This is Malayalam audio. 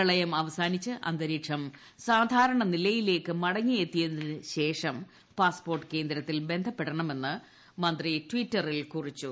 പ്രളയം അവസാനിച്ച് അന്തരീക്ഷം സാധാരണ നിലയിലേക്ക് മടങ്ങിയെത്തിയതിനു ശേഷം പാസ്പോർട്ട് കേന്ദ്രത്തിൽ ബന്ധപ്പെടണമെന്ന് മന്ത്രി ടിറ്ററിൽ കുറിച്ചു